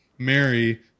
Mary